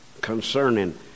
Concerning